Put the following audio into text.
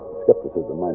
skepticism